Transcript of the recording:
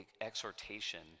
exhortation